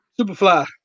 Superfly